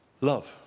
love